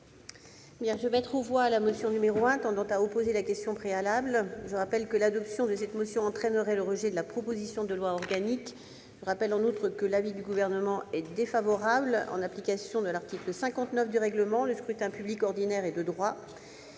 Je mets aux voix la motion n° 1, tendant à opposer la question préalable. Je rappelle que l'adoption de cette motion entraînerait le rejet de la proposition de loi organique. Je rappelle également que l'avis du Gouvernement est défavorable. En application de l'article 59 du règlement, le scrutin public ordinaire est de droit.